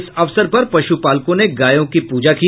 इस अवसर पर पशुपालकों ने गायों की प्रजा की